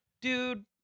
Dude